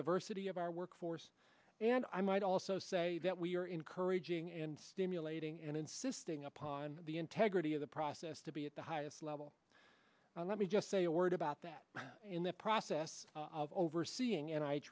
diversity of our workforce and i might also say that we are encouraging and stimulating and insisting upon the integrity of the process to be at the highest level let me just say a word about that in the process of overseeing and i